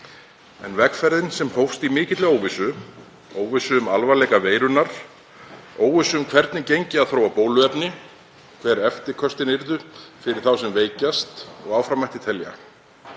En vegferðin hófst í mikilli óvissu, óvissu um alvarleika veirunnar, óvissu um hvernig gengi að þróa bóluefni, hver eftirköstin yrðu fyrir þá sem veikjast og áfram mætti telja.